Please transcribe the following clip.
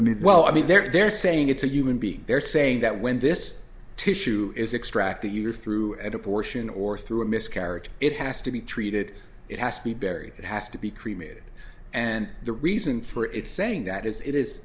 i mean well i mean they're saying it's a human being they're saying that when this tissue is extract the year through at abortion or through a miscarriage it has to be treated it has to be buried it has to be cremated and the reason for it saying that is it is